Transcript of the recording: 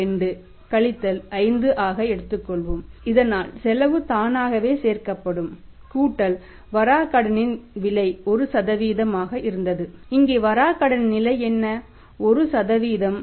2 கழித்தல் 5 ஆக எடுத்துள்ளோம் இதனால் செலவு தானாகவே சேர்க்கப்படும் கூட்டல் வராக்கடன்களின் விலை 1 ஆக இருந்தது இங்கே வராக்கடன்களின் நிலை என்ன 1